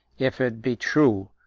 if it be true,